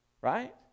Right